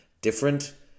different